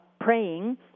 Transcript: praying